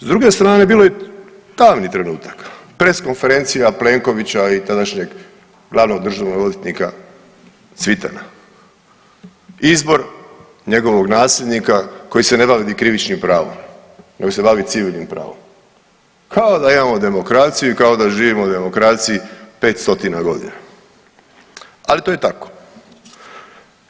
S druge strane bilo je tamnih trenutaka, press konferencija Plenkovića i tadašnjeg glavnog državnog odvjetnika Cvitana, izbor njegovog nasljednika koji se ne bavi ni krivičnim pravom nego se bavi civilnim pravom, kao da imamo demokraciju i kao da živimo u demokraciji 500 godina, ali to je tako.